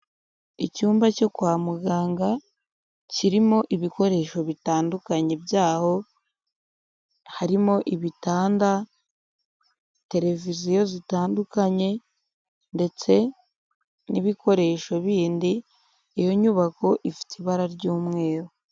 Icyumba cyo kwa muganga, kirimo ibikoresho bitandukanye byaho, harimo ibitanda, televiziyo zitandukanye ndetse n'ibikoresho bindi, iyo nyubako ifite ibara ry'umweru.